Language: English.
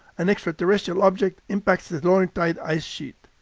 an extraterrestrial object impacts the laurentide ice sheet.